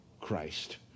Christ